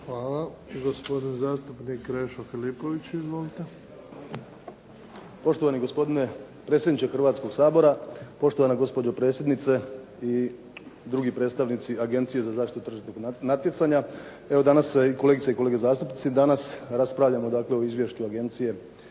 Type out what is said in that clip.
Hvala. Gospodin zastupnik Krešo Filipović. Izvolite.